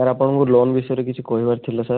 sir ଆପଣଙ୍କୁ loan ବିଷୟରେ କିଛି କହିବାର ଥିଲା ସାର୍